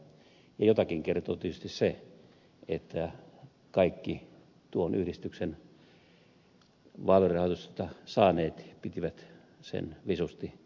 jotakin kertoo tietysti se että kaikki tuon yhdistyksen vaalirahoitusta saaneet pitivät sen visusti salassa